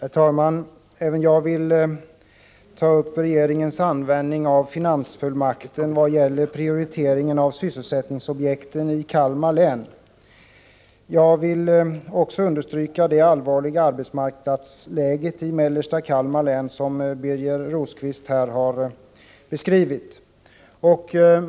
Herr talman! Även jag vill ta upp regeringens användning av finansfullmakten när det gäller prioriteringen av sysselsättningsobjekten i Kalmar län. Jag vill understryka det allvarliga i arbetsmarknadsläget i Kalmar län, som Birger Rosqvist här har beskrivit.